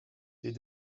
les